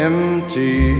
Empty